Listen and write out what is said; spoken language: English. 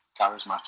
charismatic